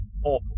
Awful